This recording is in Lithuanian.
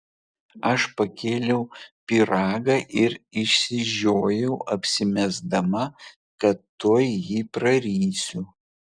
aš pakėliau pyragą ir išsižiojau apsimesdama kad tuoj jį prarysiu